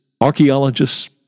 archaeologists